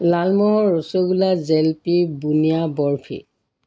লালমোহন ৰসগোল্লা জেলেপি বুন্দিয়া বৰফি